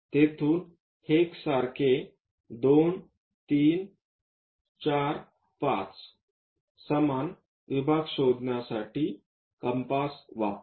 तेथून 1 सारखे 2 3 4 5 समान विभाग शोधण्यासाठी कंपास वापरा